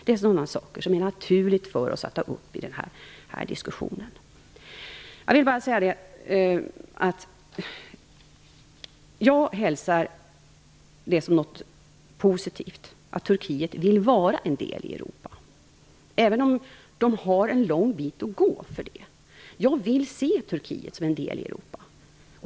Det är sådana här frågor som det är naturligt för oss att ta upp i den här diskussionen. Jag hälsar det som något positivt att Turkiet vill vara en del i Europa, även om de har en lång bit att gå. Jag vill se Turkiet som en del i Europa.